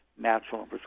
natural